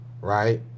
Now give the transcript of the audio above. right